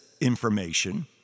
information